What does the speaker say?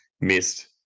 missed